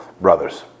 brothers